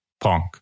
punk